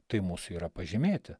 tai mūsų yra pažymėti